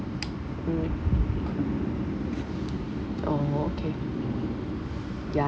mm oh okay ya